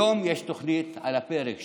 היום יש תוכנית על הפרק,